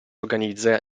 organizza